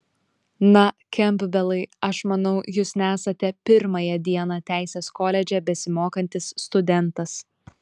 na kempbelai aš manau jūs nesate pirmąją dieną teisės koledže besimokantis studentas